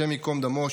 השם ייקום דמו,